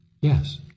Yes